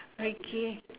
okay